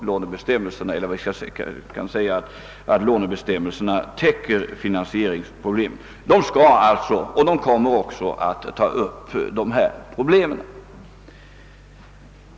Lånebestämmelserna täcker ju finansieringsproblemen, och kommittén skall alltså ta upp dessa problem.